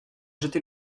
jeté